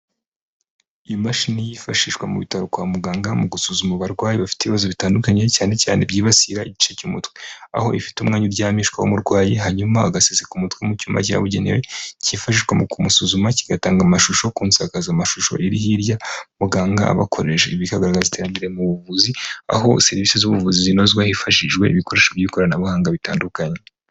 Iyi mashini yifashishwa mu bitaro kwa muganga mu gusuzuma abarwayi bafite ibibazo bitandukanye cyane cyane ibyibasira igice cy'umutwe. Aho ifite umwanya uryamishwa'umurwayi hanyuma agasesek umutwe mu cyuma cyabugenewe cyifashishwa mu kumusuzuma kigatanga amashusho kunkaza amashusho iri hirya muganga abakoresha ibi, bikagaragaza iterambere mu buvuzi aho serivisi z'ubuvuzi zinozwa hifashi ibikoresho by'ikoranabuhanga bitandukanye.